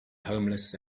homeless